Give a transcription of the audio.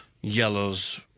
yellows